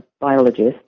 biologist –